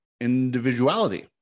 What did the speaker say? individuality